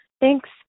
Thanks